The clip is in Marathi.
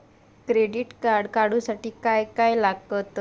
क्रेडिट कार्ड काढूसाठी काय काय लागत?